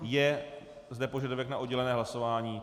Je zde požadavek na oddělené hlasování?